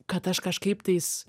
kad aš kažkaip tais